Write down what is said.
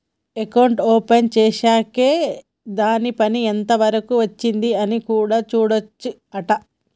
account open చేశాక్ దాని పని ఎంత వరకు వచ్చింది అని కూడా చూడొచ్చు అంట